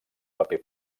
paper